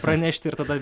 pranešti ir tada